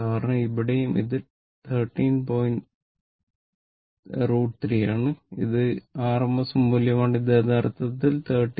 കാരണം ഇവിടെയും ഇത് 13 പോയിന്റ് √ 3 ആണ് അത് rms മൂല്യമാണ് ഇത് യഥാർത്ഥത്തിൽ 13